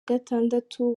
gatandatu